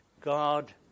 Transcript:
God